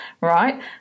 right